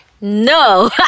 No